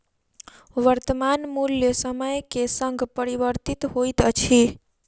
वर्त्तमान मूल्य समय के संग परिवर्तित होइत अछि